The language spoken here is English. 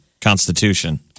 constitution